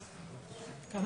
אה, סכום?